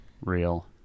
Real